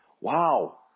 Wow